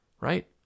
right